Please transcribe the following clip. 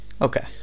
Okay